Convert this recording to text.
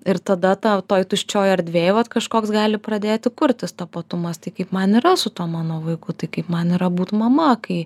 ir tada tau toj tuščioj erdvėj vat kažkoks gali pradėti kurtis tapatumas tai kaip man yra su tuo mano vaiku tai kaip man yra būt mama kai